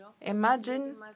Imagine